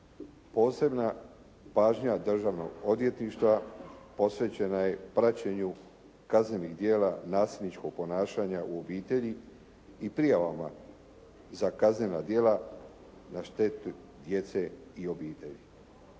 Posebna pažnja državnog odvjetništva posvećena je praćenju kaznenih djela nasilničkog ponašanja u obitelji i prijavama za kaznena djela na štetu djece i obitelji.